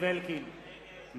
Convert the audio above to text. המחשב התקלקל ואני מוסיף את קולה,